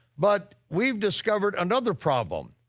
but we've discovered another problem,